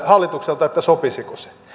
hallitukselta sopisiko se